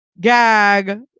Gag